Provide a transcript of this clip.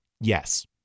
Yes